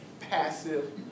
passive